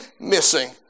missing